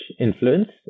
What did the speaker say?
influence